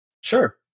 Sure